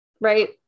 Right